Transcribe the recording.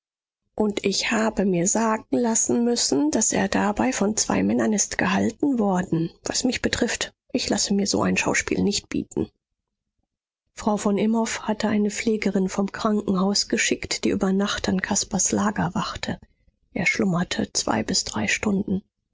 und ich habe mir sagen lassen müssen daß er dabei von zwei männern ist gehalten worden was mich betrifft ich lasse mir so ein schauspiel nicht bieten frau von imhoff hatte eine pflegerin vom krankenhaus geschickt die über nacht an caspars lager wachte er schlummerte zwei bis drei stunden